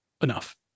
enough